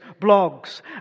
blogs